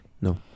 No